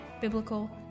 biblical